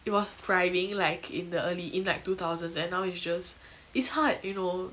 it was thriving like in the early in like two thousands and now it's just it's hard you know